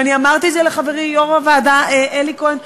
ואמרתי את זה לחברי יושב-ראש הוועדה אלי כהן,